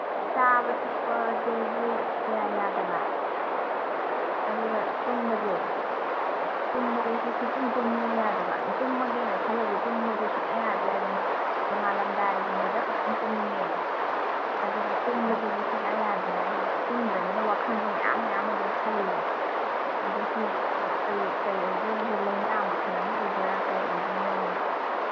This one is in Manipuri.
ꯆꯥꯕ ꯊꯛꯄꯁꯤꯁꯨ ꯀꯌꯥ ꯌꯥꯗꯕ ꯑꯗꯨꯒ ꯇꯨꯝꯕꯁꯦ ꯇꯨꯝꯕꯁꯤꯁꯨ ꯁꯨꯡꯇꯨꯝ ꯇꯨꯝꯅꯤꯡꯉꯨ ꯌꯥꯗꯕ ꯑꯗꯨ ꯇꯨꯝꯃꯒꯦꯅ ꯈꯜꯂꯁꯨ ꯇꯨꯝꯃꯣꯁꯤ ꯁꯨꯡꯌꯥ ꯌꯥꯗ꯭ꯔꯦ ꯑꯗꯨꯝ ꯅꯣꯡꯉꯥꯜꯂꯝꯗꯥꯏꯒꯨꯝꯕ ꯈꯛꯇꯪ ꯇꯨꯝꯅꯤꯡꯉꯦ ꯑꯗꯨꯒ ꯇꯨꯝꯕꯁꯤꯁꯨ ꯁꯨꯡꯌꯥ ꯌꯥꯗ꯭ꯔ ꯑꯗꯣ ꯇꯨꯝꯗ꯭ꯔꯝꯅꯤꯅ ꯋꯥꯈꯟꯁꯨ ꯃꯌꯥꯝ ꯃꯌꯥꯝ ꯑꯗꯨꯝ ꯈꯜꯂꯦ ꯑꯗꯨ ꯁꯤꯗꯣ ꯀꯔꯤ ꯀꯔꯤ ꯑꯣꯏꯗꯣꯏꯅꯣ ꯁꯤ ꯂꯥꯏꯅꯥ ꯃꯈꯜ ꯑꯃ ꯑꯣꯏꯗꯣꯏꯔꯥ ꯀꯔꯤ ꯑꯣꯏꯗꯣꯏꯅꯣꯅ